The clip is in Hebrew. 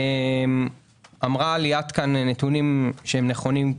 אמרה כאן לי-את נתונים נכונים,